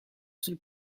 sul